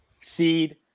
seed